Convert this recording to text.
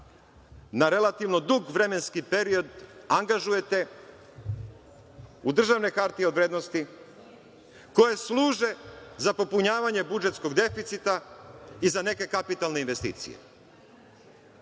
na relativno dug vremenski period angažujete u državne hartije od vrednosti koje služe za popunjavanje budžetskog deficita i za neke kapitalne investicije.